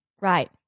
Right